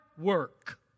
Work